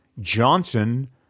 Johnson